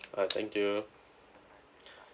alright thank you